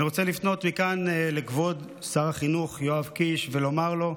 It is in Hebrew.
אני רוצה לפנות מכאן לכבוד שר החינוך יואב קיש ולומר לו: